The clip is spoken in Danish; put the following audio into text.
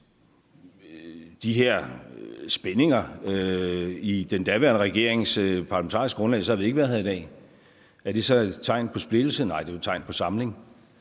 de her spændinger i den daværende regerings parlamentariske grundlag, havde vi ikke været her i dag. Er det så et tegn på splittelse? Nej, det er et tegn på samling.